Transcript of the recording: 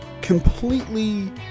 completely